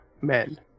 men